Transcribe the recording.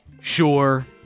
Sure